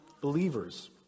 believers